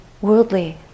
worldly